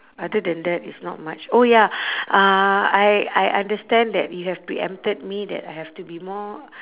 other than that it's not much oh ya uh I I understand that you have pre-empted me that I have to be more